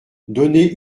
donner